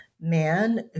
man